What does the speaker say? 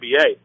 NBA